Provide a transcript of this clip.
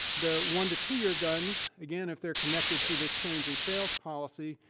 the one to two year guns, again if they're connected to this change in sales policy,